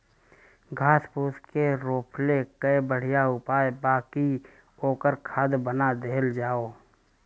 घास फूस के रोकले कअ बढ़िया उपाय बा कि ओकर खाद बना देहल जाओ